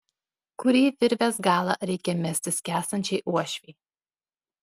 kurį virvės galą reikia mesti skęstančiai uošvei